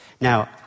Now